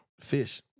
fish